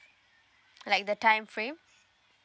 like the time frame